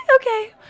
Okay